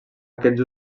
aquests